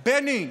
בני,